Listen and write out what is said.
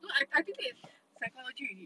so I I think it's psychology already